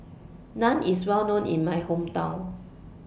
Naan IS Well known in My Hometown